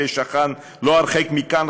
ששכן לא הרחק מכאן,